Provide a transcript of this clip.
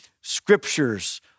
scriptures